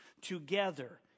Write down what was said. together